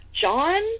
John